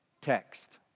text